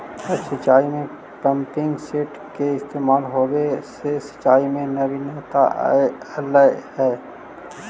अब सिंचाई में पम्पिंग सेट के इस्तेमाल होवे से सिंचाई में नवीनता अलइ हे